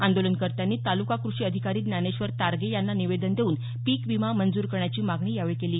आंदोलनकर्त्यांनी ताल्का कृषी अधिकारी ज्ञानेश्वर तारगे यांना निवेदन देऊन पीक विमा मंजूर करण्याची मागणी यावेळी केली